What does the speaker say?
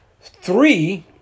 Three